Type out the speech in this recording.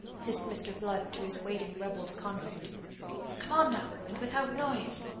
hissed mr. blood to his waiting rebels-convict. come on, now, and without noise.